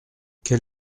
quel